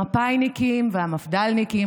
המפא"יניקים והמפד"לניקים,